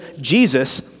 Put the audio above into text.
Jesus